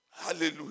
Hallelujah